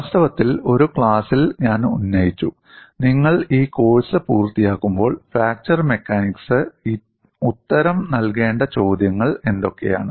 വാസ്തവത്തിൽ ഒരു ക്ലാസിൽ ഞാൻ ഉന്നയിച്ചു നിങ്ങൾ ഈ കോഴ്സ് പൂർത്തിയാക്കുമ്പോൾ ഫ്രാക്ചർ മെക്കാനിക്സ് ഉത്തരം നൽകേണ്ട ചോദ്യങ്ങൾ എന്തൊക്കെയാണ്